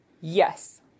Yes